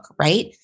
right